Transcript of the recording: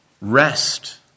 rest